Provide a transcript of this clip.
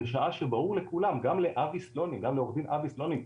בשעה שברור לכולם גם לעורך דין אבי סלונים,